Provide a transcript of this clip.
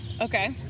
Okay